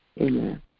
Amen